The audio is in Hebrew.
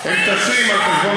אנחנו רק מבקשים שול,